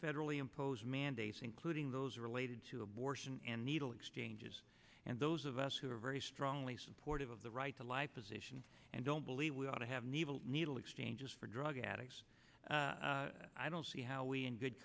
federally imposed mandates including those related to abortion and needle exchanges and those of us who are very strongly supportive of the right to life position and don't believe we ought to have an evil needle exchanges for drug addicts i don't see how we in good